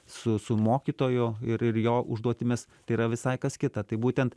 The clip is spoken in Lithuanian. su su mokytoju ir ir jo užduotimis tai yra visai kas kita tai būtent